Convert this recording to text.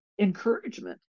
encouragement